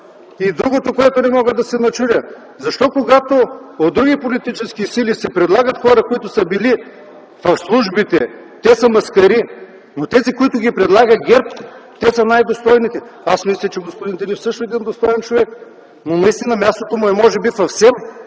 Другото, на което не мога да се начудя – защо, когато от други политически сили се предлагат хора, които са били в службите, те са маскари, но тези, които предлага ГЕРБ, те са най-достойните? Аз мисля, че господин Тилев също е един достоен човек, но наистина мястото му е може би в СЕМ,